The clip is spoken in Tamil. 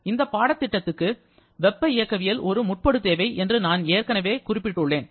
இந்த பாடத்திட்டத்திற்கு வெப்ப இயக்கவியல் ஒரு முற்படுதேவை என்று நான் ஏற்கனவே குறிப்பிட்டுள்ளேன்